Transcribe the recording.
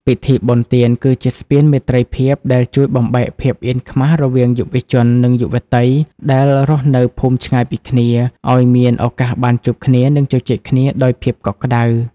ពិធីបុណ្យទានគឺជាស្ពានមេត្រីភាព ដែលជួយបំបែកភាពអៀនខ្មាសរវាងយុវជន និងយុវតីដែលរស់នៅភូមិឆ្ងាយពីគ្នា ឱ្យមានឱកាសបានជួប និងជជែកគ្នាដោយភាពកក់ក្ដៅ។